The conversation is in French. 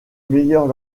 meilleur